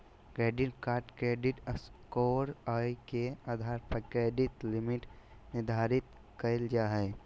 credit card credit score, आय के आधार पर क्रेडिट लिमिट निर्धारित कयल जा हइ